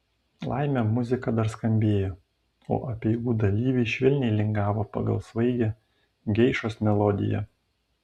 laimė muzika dar skambėjo o apeigų dalyviai švelniai lingavo pagal svaigią geišos melodiją